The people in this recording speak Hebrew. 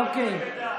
אוקיי.